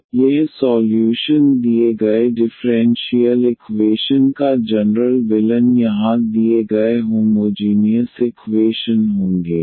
तो यह सॉल्यूशन दिए गए डिफरेंशियल इक्वेशन का जनरल विलयन यहां दिए गए होमोजीनियस इक्वेशन होंगे